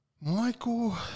Michael